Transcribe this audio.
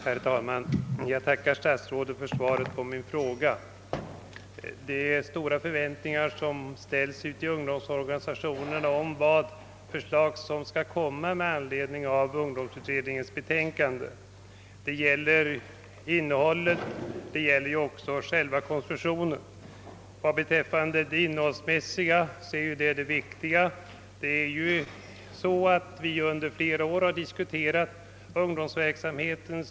Herr talman! Jag tackar statsrådet för svaret på min fråga. Ungdomsorganisationerna väntar med spänning på vilka förslag som skall framläggas med anledning av ungdomsutredningens betänkande. Det gäller både innehållet och själva konstruktionen. Vi har under flera år diskuterat frågan om statens stöd till ungdomsverksamheten.